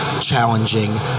challenging